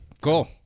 cool